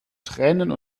tränen